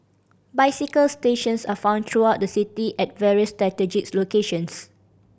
bicycle stations are found throughout the city at various locations